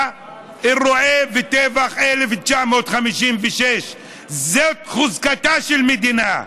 לאירועי טבח 1956. זו חוזקתה של מדינה.